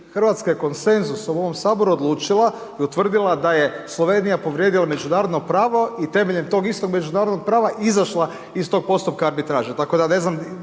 Hrvatska je konsenzusom u ovom saboru odlučila i utvrdila da je Slovenija povrijedila međunarodno pravo i temeljem tog istog međunarodnog prava izašla iz tog postupka arbitraže, tako da ne znam